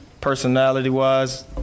personality-wise